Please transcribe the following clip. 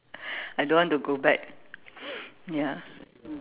I don't want to go back ya